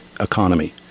economy